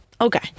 Okay